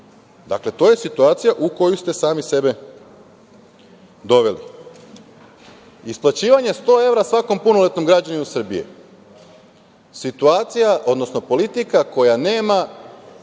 Dakle, to je situacija u koju ste sami sebe doveli. Isplaćivanje 100 evra svakom punoletnom građaninu Srbije. Situacija, odnosno politika koja nema